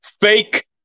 fake